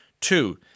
Two